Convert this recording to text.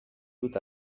dut